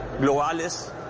globales